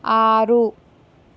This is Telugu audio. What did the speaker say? ఆరు